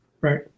Right